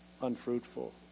unfruitful